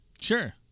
Sure